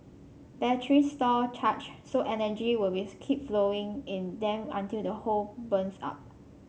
batteries store charge so energy will be keep flowing in them until the whole burns up